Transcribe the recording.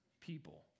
people